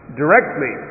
directly